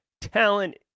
talent